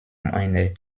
eine